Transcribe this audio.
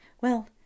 Well